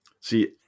See